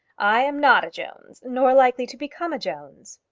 i am not a jones, nor likely to become a jones.